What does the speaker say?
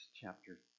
chapter